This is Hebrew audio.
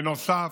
בנוסף,